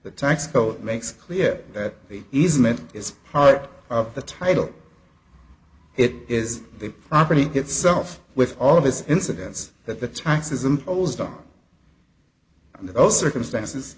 the tax code makes clear that the easement is part of the title it is the property itself with all of this incidence that the taxes imposed on those circumstances